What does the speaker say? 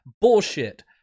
Bullshit